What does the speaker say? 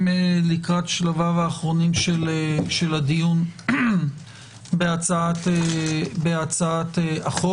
לקראת שלביו האחרונים של הדיון בהצעת החוק.